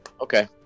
Okay